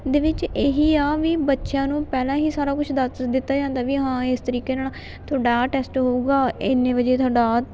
ਦੇ ਵਿੱਚ ਇਹੀ ਆ ਵੀ ਬੱਚਿਆਂ ਨੂੰ ਪਹਿਲਾਂ ਹੀ ਸਾਰਾ ਕੁਛ ਦੱਸ ਦਿੱਤਾ ਜਾਂਦਾ ਵੀ ਹਾਂ ਇਸ ਤਰੀਕੇ ਨਾਲ ਤੁਹਾਡਾ ਆਹ ਟੈਸਟ ਹੋਵੇਗਾ ਇੰਨੇ ਵਜੇ ਤੁਹਾਡਾ ਆਹ